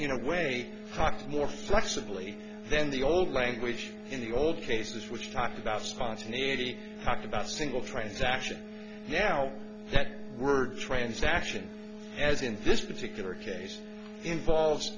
you know way more flexibly than the old languish in the old cases which talked about sponsor talked about single transaction now that word transaction as in this particular case involves